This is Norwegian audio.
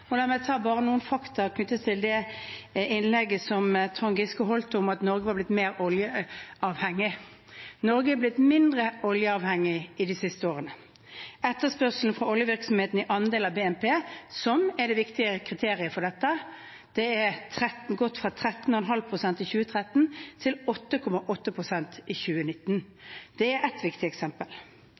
La meg ta bare noen fakta knyttet til det innlegget som Trond Giske holdt om at Norge var blitt mer oljeavhengig. Norge er blitt mindre oljeavhengig de siste årene. Etterspørselen fra oljevirksomheten i andel av BNP – som er det viktige kriteriet for dette – er gått fra 13,5 pst. i 2013 til 8,8 pst. i 2019. Det er ett viktig eksempel.